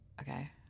Okay